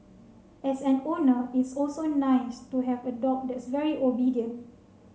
as an owner it's also nice to have a dog that's very obedient